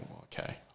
okay